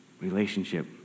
Relationship